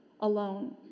alone